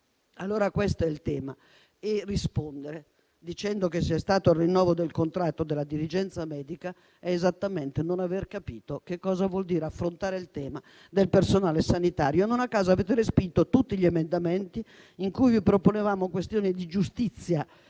igiene. Questo è il tema. Rispondere dicendo che c'è stato il rinnovo del contratto della dirigenza medica significa esattamente non aver capito che cosa vuol dire affrontare il tema del personale sanitario. Non a caso avete respinto tutti gli emendamenti in cui vi proponevamo questioni di giustizia